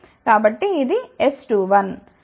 కాబట్టి ఇది S21